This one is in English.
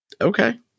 Okay